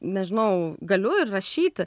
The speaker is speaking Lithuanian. nežinau galiu ir rašyti